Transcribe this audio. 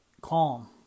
calm